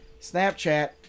Snapchat